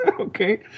Okay